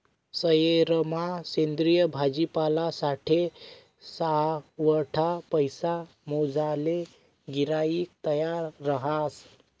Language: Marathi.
सयेरमा सेंद्रिय भाजीपालासाठे सावठा पैसा मोजाले गिराईक तयार रहास